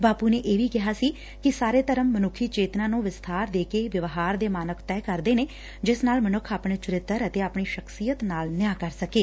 ਬਾਪੁ ਨੇ ਇਹ ਵੀ ਕਿਹਾ ਸੀ ਕਿ ਸਾਰੇ ਧਰਮ ਮਨੁੱਖੀ ਚੇਤਨਾ ਨੂੰ ਵਿਸਬਾਰ ਦੇ ਕੇ ਵਿਵਹਾਰ ਦੇ ਮਾਨਕ ਤੈਅ ਕਰਦੇ ਨੇ ਜਿਸ ਨਾਲ ਮਨੁੱਖ ਆਪਣੇ ਚਰਿੱਤਰ ਅਤੇ ਆਪਣੀ ਸਖ਼ਸ਼ੀਅਤ ਨਾਲ ਨਿਆਂ ਕਰ ਸਕੇ